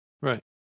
Right